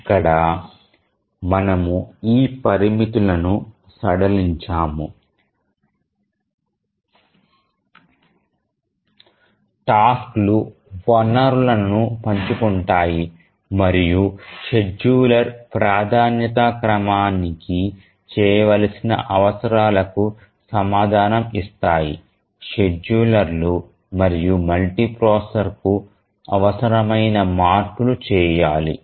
ఇక్కడ మనము ఈ పరిమితులను సడలించాము టాస్క్ లు వనరులను పంచుకుంటాయి మరియు షెడ్యూలర్ ప్రాధాన్యత క్రమానికి చేయవలసిన అవసరాలకు సమాధానం ఇస్తాయి షెడ్యూలర్లు మరియు మల్టీ ప్రాసెసర్కు అవసరమైన మార్పులు చెయ్యాలి